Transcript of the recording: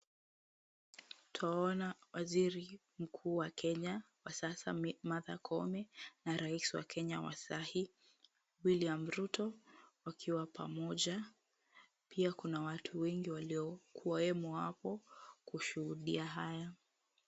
Twaona waziri mkuu wa Kenya wa sasa, Martha Koome, na rais wa Kenya wa sasa, William Ruto, wakiwa pamoja. Pia kuna watu wengi waliokuwa wemo wapo kushuhudia haya.